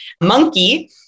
monkey